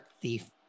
thief